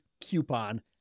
coupon